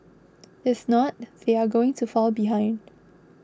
if not they are going to fall behind